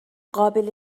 قابل